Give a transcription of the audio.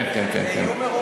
כן, כן, כן.